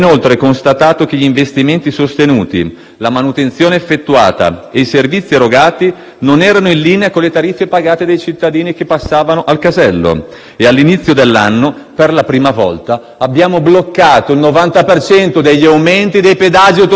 la manutenzione effettuata e i servizi erogati non erano in linea con le tariffe pagate dai cittadini che passavano al casello e all'inizio dell'anno, per la prima volta, abbiamo bloccato il 90 per cento degli aumenti dei pedaggi autostradali.